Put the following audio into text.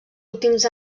últims